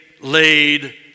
laid